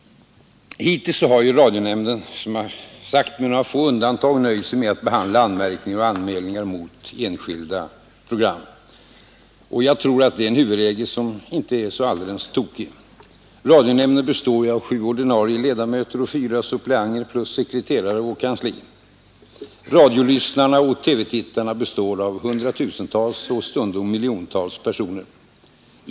Hittills har radionämnden, som sagts, med några få undantag nöjt sig med att behandla anmärkningar och anmälningar mot enskilda program. Jag tror att det är en huvudregel som inte är så alldeles tokig. Radionämnden består av sju ordinarie ledamöter och fyra suppleanter plus sekreterare och kansli. Radiolyssnarna och TV-tittarna består av hundratusentals och stundom miljontals personer.